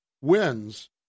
Wins